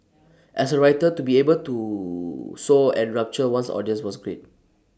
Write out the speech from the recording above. as A writer to be able to so enrapture one's audience was great